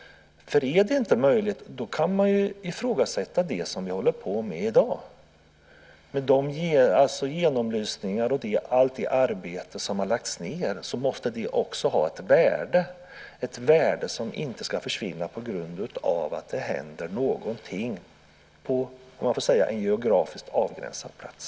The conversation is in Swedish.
Om det inte är möjligt kan man ifrågasätta det som vi håller på med i dag. De genomlysningar och allt det arbete som har lagts ned måste också ha ett värde som inte ska försvinna på grund av att det händer någonting på, om jag får säga det, en geografiskt avgränsad plats.